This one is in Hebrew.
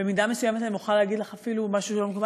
במידה מסוימת אני מוכרחה להגיד לך אפילו משהו שהוא לא מקובל,